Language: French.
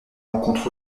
rencontre